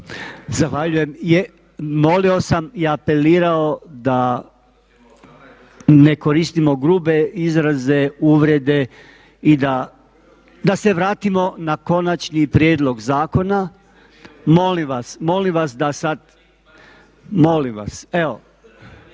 Zahvaljujem. Molio sam i apelirao da ne koristimo grube izraze, uvrede i da se vratimo na konačni prijedlog zakona. Molim vas, molim vas evo, uvaženi kolega, nema